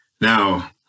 Now